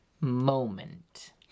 Moment